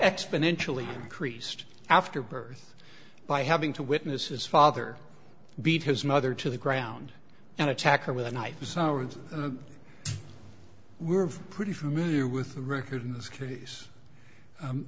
exponentially increased after birth by having to witness his father beat his mother to the ground and attack her with a knife this hour we're pretty familiar with the record in this case